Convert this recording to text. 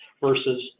versus